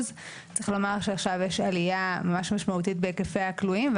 עכשיו יש עלייה ממש משמעותית בהיקפי הכלואים,